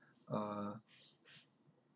uh